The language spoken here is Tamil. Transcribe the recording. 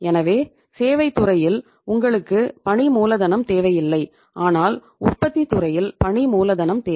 எனவே சேவைத் துறையில் உங்களுக்கு பணி மூலதனம் தேவையில்லை ஆனால் உற்பத்தித் துறையில் பணி மூலதனம் தேவை